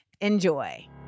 Enjoy